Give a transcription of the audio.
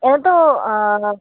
এইটো